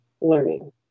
learning